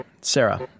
Sarah